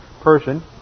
person